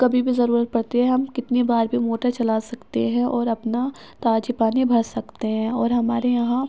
کبھی بھی ضرورت پڑتی ہے ہم کتنی بار بھی موٹر چلا سکتے ہیں اور اپنا تازہ پانی بھر سکتے ہیں اور ہمارے یہاں